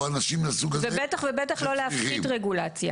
ובטח ובטח לא להפחית רגולציה.